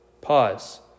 Pause